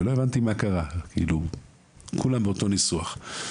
כולם באותו ניסוח,